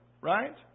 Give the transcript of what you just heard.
right